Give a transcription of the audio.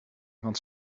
want